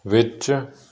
ਵਿੱਚ